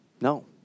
no